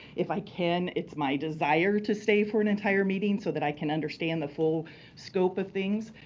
if i can, it's my desire to stay for an entire meeting so that i can understand the full scope of things.